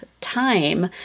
time